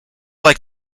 like